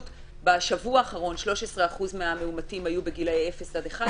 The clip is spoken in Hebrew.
בשבוע האחרון 13% מהמאומתים היו בגילי אפס עד 11,